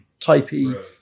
typey